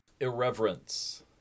irreverence